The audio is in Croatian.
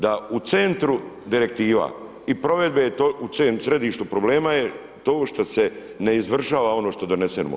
Da u centru direktiva i provedba u tom središtu problema je to što se ne izvršava ono što donesemo.